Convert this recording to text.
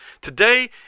Today